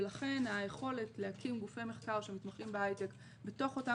ולכן היכולת להקים גופי מחקר שמתמחים בהייטק בתוך אותם